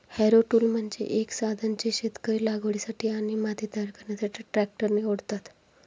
Harrow tool म्हणजे एक साधन जे शेतकरी लागवडीसाठी आणि माती तयार करण्यासाठी ट्रॅक्टरने ओढतात